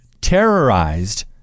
terrorized